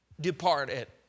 departed